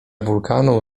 wulkanu